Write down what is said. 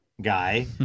guy